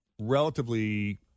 relatively